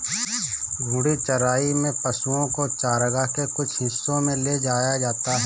घूर्णी चराई में पशुओ को चरगाह के कुछ हिस्सों में ले जाया जाता है